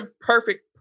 perfect